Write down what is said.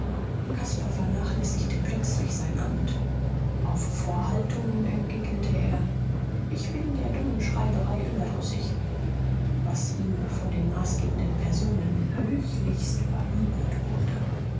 caspar vernachlässigte plötzlich sein amt auf vorhaltungen entgegnete er ich bin der dummen schreiberei überdrüssig was ihm von den maßgebenden personen höchlichst verübelt wurde